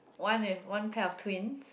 one with one pair of twins